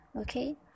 okay